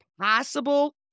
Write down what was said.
possible